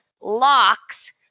locks